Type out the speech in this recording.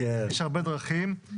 יש הרבה דרכים.